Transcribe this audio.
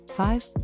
Five